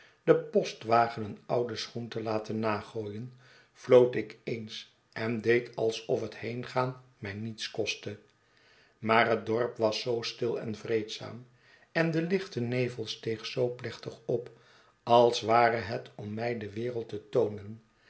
den postwagen een ouden schoen te laten nagooien floot ik eens en deed alsof het heengaan mij niets kostte maar het dorp was zoo stil en vreedzaam en de lichte nevel steeg zoo plechtig op als ware het om mij de wereld te toonen